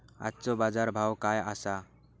आजचो बाजार भाव काय आसा?